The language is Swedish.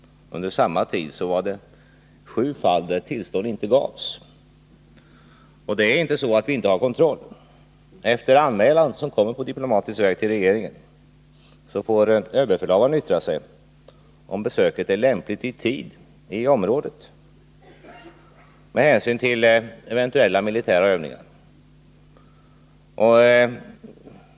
Under samma tid var det 7 fall där tillstånd inte gavs. Det är inte så att vi inte har någon kontroll. Efter anmälan, som kommer på diplomatisk väg till regeringen, får överbefälhavaren yttra sig om huruvida besöket ligger lämpligt i tid med hänsyn till eventuella militära övningar i området.